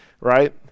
right